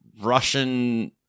Russian